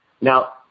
Now